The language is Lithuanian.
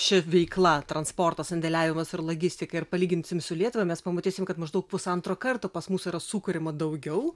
ši veikla transportas sandėliavimas ir logistika ir palyginsime su lietuva mes pamatysim kad maždaug pusantro karto pas mus yra sukuriama daugiau